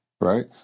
Right